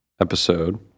episode